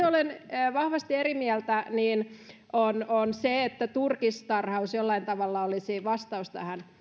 olen vahvasti eri mieltä siitä että turkistarhaus jollain tavalla olisi vastaus tähän